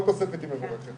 כל תוספת היא מבורכת.